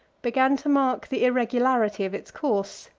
began to mark the irregularity of its course,